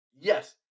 Yes